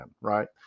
right